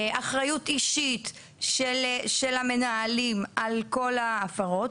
אחריות אישית של המנהלים על כל ההפרות,